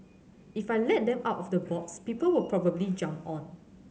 if I let them out of the box people will probably jump on